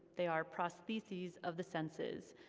they are prostheses of the senses,